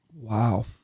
Wow